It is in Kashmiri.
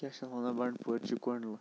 کیاہ چھِ اَتھ وَنان بَنٛڈپور چہِ کنٛڈلہٕ